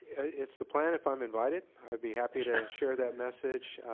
it's the plan if i'm invited. i'd be happy to share that message,